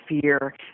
fear